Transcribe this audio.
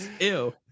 Ew